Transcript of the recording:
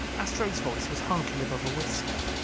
astro's voice was hardly above a whisper.